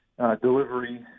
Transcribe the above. delivery